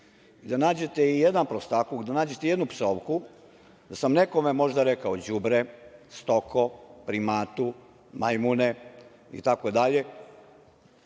i da nađete i jedan prostakluk, i jednu psovku da sam nekome možda rekao đubre, stoko, primatu, majmune, itd,